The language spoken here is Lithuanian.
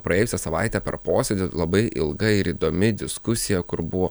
praėjusią savaitę per posėdį labai ilga ir įdomi diskusija kur buvo